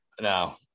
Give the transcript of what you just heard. No